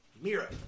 Mira